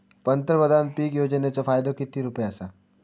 पंतप्रधान पीक योजनेचो फायदो किती रुपये आसा?